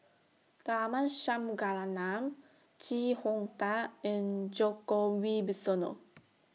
Tharman Shanmugaratnam Chee Hong Tat and Djoko Wibisono